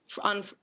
on